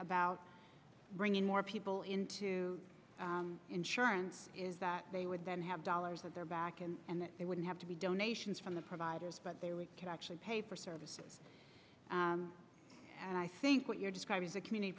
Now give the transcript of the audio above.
about bringing more people into insurance is that they would then have dollars at their back end and that they wouldn't have to be donations from the providers but they can actually pay for services and i think what you're describing is a community